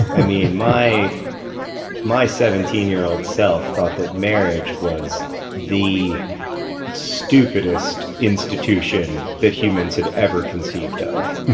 i mean, my my seventeen year old self thought that marriage was the stupidest institution that humans had ever conceived of.